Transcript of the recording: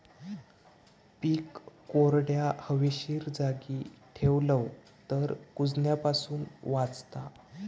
पीक कोरड्या, हवेशीर जागी ठेवलव तर कुजण्यापासून वाचता